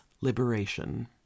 Liberation